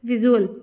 visual